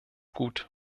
gut